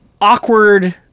awkward